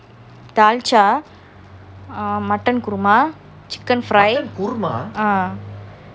dalcha mutton kuruma chicken fry ah